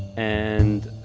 and.